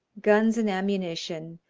guns and ammunition,